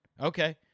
Okay